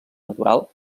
natural